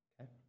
Okay